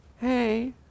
Hey